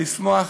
לשמוח.